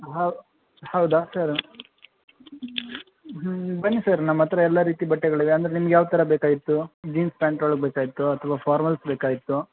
how ಹೌದ sir ಹ್ಞೂ ಬನ್ನಿ ಸರ್ ನಮ್ಮ ಹತ್ರ ಎಲ್ಲ ರೀತಿ ಬಟ್ಟೆಗಳಿವೆ ಅಂದರೆ ನಿಮ್ಗೆ ಯಾವ ಥರ ಬೇಕಾಗಿತ್ತು ಜೀನ್ಸ್ ಪ್ಯಾಂಟ್ಗಳು ಬೇಕಾಗಿತ್ತೊ ಅಥ್ವಾ ಫಾರ್ಮಲ್ಸ್ ಬೇಕಾಗಿತ್ತೊ